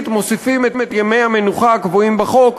מוסיפים את ימי המנוחה הקבועים בחוק,